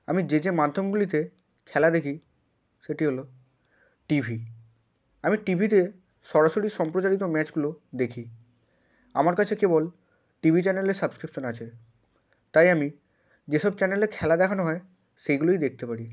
আমি যে যে মাধ্যমগুলিতে খেলা দেখি সেটি হলো টিভি আমি টিভিতে সরাসরি সম্প্রচারিত ম্যাচগুলো দেখি আমার কাছে কেবল টিভি চ্যানেলের সাবস্ক্রিপশান আছে তাই আমি যেসব চ্যানেলে খেলা দেখানো হয় সেইগুলোই দেখতে পারি